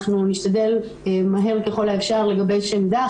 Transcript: אנחנו נשתדל מהר ככל האפשר לגבש עמדה,